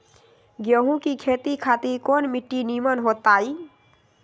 गेंहू की खेती खातिर कौन मिट्टी निमन हो ताई?